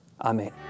Amen